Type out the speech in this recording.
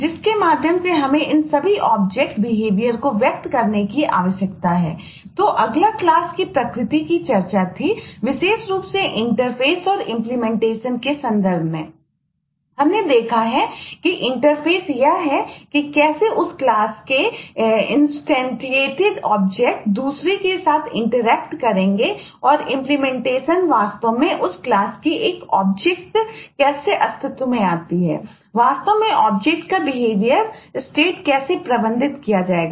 जबकि ऑब्जेक्ट कैसे प्रबंधित किया जाएगा